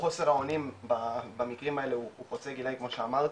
חוסר האונים במקרים האלה הוא חוצה גילאים כמו שאמרתי,